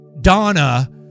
Donna